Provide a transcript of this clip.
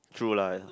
true lah ya